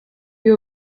you